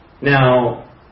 Now